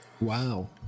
Wow